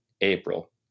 April